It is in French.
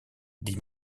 des